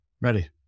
Ready